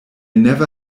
never